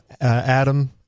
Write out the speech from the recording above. Adam